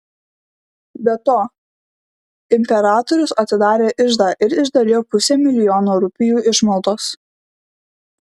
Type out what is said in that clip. be to imperatorius atidarė iždą ir išdalijo pusę milijono rupijų išmaldos